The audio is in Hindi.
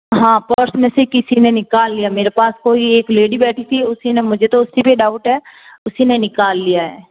हाँ पर्स में से ही किसी ने निकाल लिया मेरे पास कोई एक लेडी बैठी थी उसी ने मुझे तो उसी पे डाउट है उसी ने निकाल लिया है